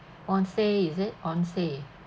onsen is it onsen